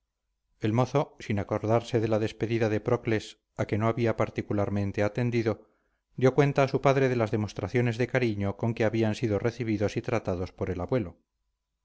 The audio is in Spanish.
el mozo sin acordarse de la despedida de procles a que no había particularmente atendido dio cuenta a su padre de las demostraciones de cariño con que habían sido recibidos y tratados por el abuelo